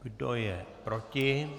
Kdo je proti?